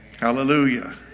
Hallelujah